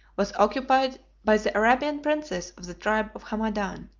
was occupied by the arabian princes of the tribe of hamadan.